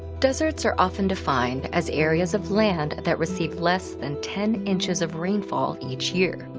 deserts are often defined as areas of land that receive less than ten inches of rainfall each year.